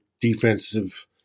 defensive